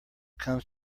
comes